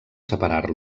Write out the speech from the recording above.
separar